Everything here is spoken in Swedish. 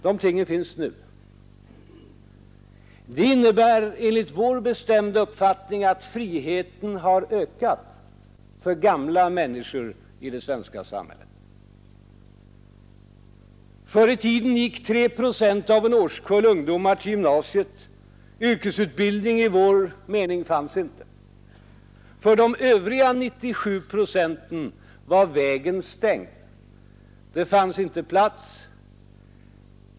De tingen finns nu, Det innebär enligt vår bestämda uppfattning att friheten har ökat för gamla människor i det svenska samhället. Förr i tiden gick tre procent av en årskull ungdomar till gymnasiet, yrkesutbildning i vår mening fanns inte. För de övriga 97 procenten var vägen stängd. Det fanns inte plats.